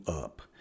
up